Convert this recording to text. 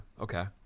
Okay